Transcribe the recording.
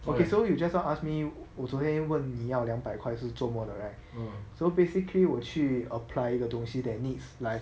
okay so you just now ask me 我昨天问你要两百块是做么的 right so basically 我去 apply 一个东西 that needs like